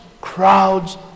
crowds